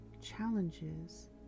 challenges